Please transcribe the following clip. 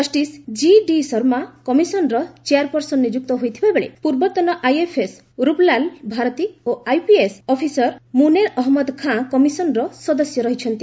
justice GD Sharma commission ର chair person ନିଯୁକ୍ତ ହୋଇଥିବାବେଳେ ପୂର୍ବତନ ଆଇଏଫ୍ଏସ୍ ରୂପ୍ଲାଲ୍ ଭାରତୀ ଓ IPS officer ମ୍ରନ୍ଦେର Ahmad Khan commission ର ସଦସ୍ୟ ରହିଛନ୍ତି